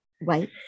right